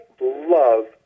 love